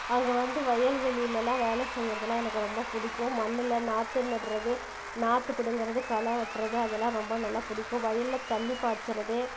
அங்கே வந்து வயல் வெளியில் எல்லாம் வேலை செய்கிறதெல்லாம் எனக்கு ரொம்ப பிடிக்கும் மண்ணில் நாற்று நடுறது நாற்று பிடுங்குறது களை வெட்டுறது அதெல்லாம் ரொம்ப நல்லா பிடிக்கும் வயல்ல தண்ணி பாய்ச்சிறது